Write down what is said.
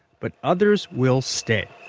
but others will stay